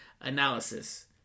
analysis